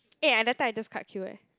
eh and that time I just cut queue eh